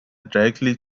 directly